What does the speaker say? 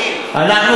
במקום 30 ב-OECD,